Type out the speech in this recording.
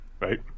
right